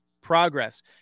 progress